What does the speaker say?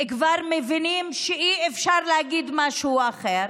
כבר מבינים שאי-אפשר להגיד משהו אחר,